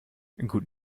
guten